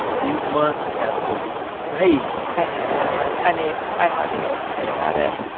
these months have been crazy i know earlonne. i mean, i hardly know what to say about it.